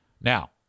Now